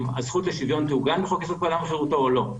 הזכות לשוויון תעוגן בחוק-יסוד: כבוד האדם וחירותו או לא.